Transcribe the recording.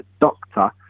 doctor